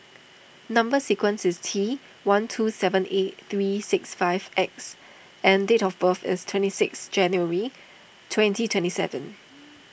Number Sequence is T one two seven eight three six five X and date of birth is twenty six January twenty twenty seven